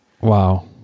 wow